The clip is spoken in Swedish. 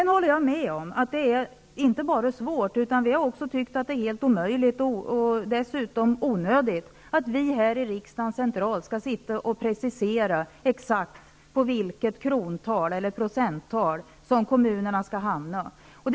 Jag håller också med om att det inte bara är svårt utan helt omöjligt och dessutom onödigt att vi här i riksdagen centralt skall sitta och precisera exakt vilket procenttal som kommunerna skall hamna på.